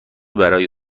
برای